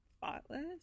thoughtless